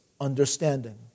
understanding